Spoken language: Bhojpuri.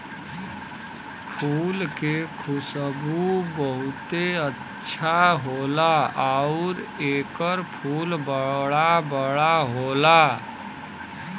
फूल के खुशबू बहुते अच्छा होला आउर एकर फूल बड़ा बड़ा होला